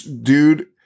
dude